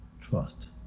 trust